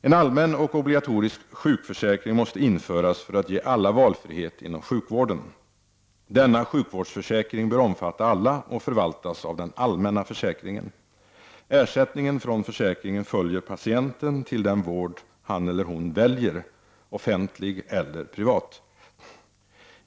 En allmän och obligatorisk sjukförsäkring måste införas för att ge alla valfrihet inom sjukvården. Denna sjukvårdsförsäkring bör omfatta alla och förvaltas av den allmänna försäkringen. Ersättningen från försäkringen följer patienten till den vård han eller hon väljer — offentlig eller privat.